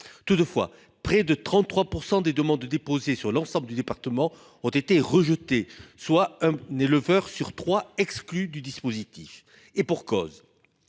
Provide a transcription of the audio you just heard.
toutefois près de 33% des demandes déposées sur l'ensemble du département ont été rejetées, soit un éleveur sur 3 exclues du dispositif. Et pour cause.